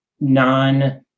non